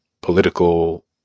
political